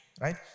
right